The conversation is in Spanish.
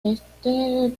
este